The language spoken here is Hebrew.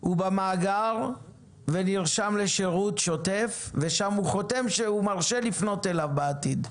הוא במאגר ונרשם לשירות שוטף ושם הוא חותם שהוא מרשה לפנות אליו בעתיד.